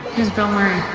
who's bill murray?